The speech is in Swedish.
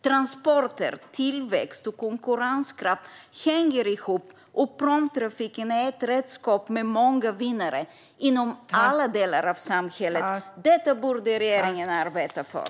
Transporter, tillväxt och konkurrenskraft hänger ihop, och pråmtrafiken är ett redskap med många vinnare inom alla delar av samhället. Detta borde regeringen arbeta för.